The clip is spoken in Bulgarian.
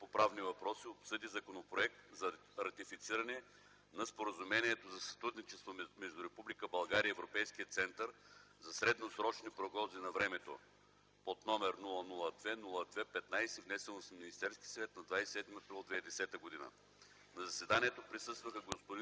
по правни въпроси обсъди Законопроект за ратифициране на Споразумението за сътрудничество между Република България и Европейския център за средносрочни прогнози на времето, № 00 02 15, внесен от Министерски съвет на 27 април 2010 г. На заседанието присъстваха господин